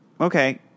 Okay